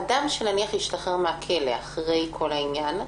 אדם שהשתחרר מהכלא אחרי כל העניין,